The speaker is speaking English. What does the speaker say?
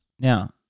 Now